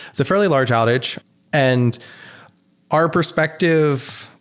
it's a fairly large outage and our perspective,